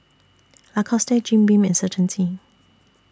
Lacoste Jim Beam and Certainty